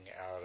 out